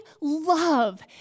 love